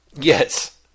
Yes